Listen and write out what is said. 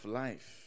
life